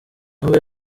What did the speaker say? nawe